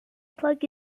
plug